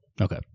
Okay